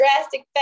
drastic